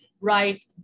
right